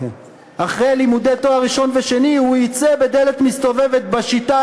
אחרי לימודי תואר ראשון ושני הוא יצא בדלת מסתובבת בשיטה